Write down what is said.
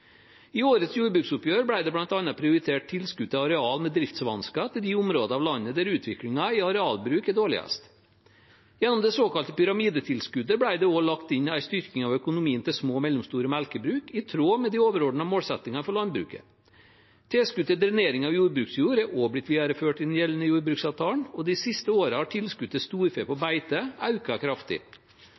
I årets jordbruksoppgjør ble det bl.a. prioritert tilskudd til areal med driftsvansker til de områder av landet der utviklingen i arealbruk er dårligst. Gjennom det såkalte pyramidetilskuddet ble det også lagt inn en styrking av økonomien til små og mellomstore melkebruk i tråd med de overordnede målsettingene for landbruket. Tilskudd til drenering av jordbruksjord er også blitt videreført i den gjeldende jordbruksavtalen, og i de siste årene har tilskudd til storfe på beite økt kraftig.